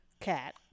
Cat